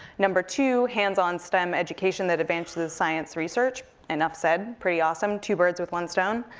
number two, hands on stem education that advances science research. enough said, pretty awesome, two birds with one stone.